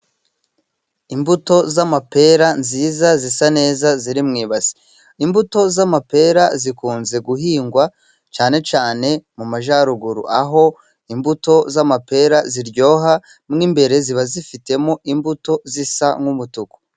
Imbuto z'amapera nziza, zisa neza, ziri mu ibase. Imbuto z'amapera, zikunze guhingwa cyane cyane majyaruguru, aho imbuto z'amapera ziryoha, mo imbere ziba zifitemo imbuto zisa nk'umutuku.